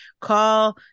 call